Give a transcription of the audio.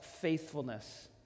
faithfulness